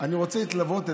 אני רוצה להתלוות אליך,